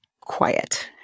quiet